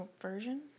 version